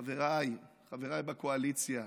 חבריי, חבריי בקואליציה,